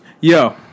Yo